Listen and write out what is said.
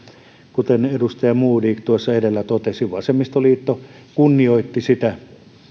kuten edustaja modig tuossa edellä totesi vasemmistoliitto kunnioitti sitä